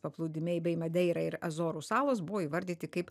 paplūdimiai bei madeira ir azorų salos buvo įvardyti kaip